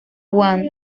wan